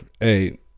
Hey